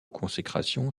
consécration